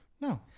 No